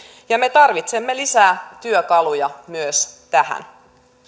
ja me tarvitsemme lisää työkaluja myös tähän